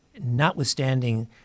notwithstanding